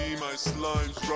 ah my slime